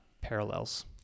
parallels